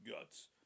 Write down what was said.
Guts